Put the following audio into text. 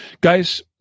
guys